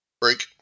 Break